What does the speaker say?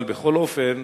אבל, בכל אופן,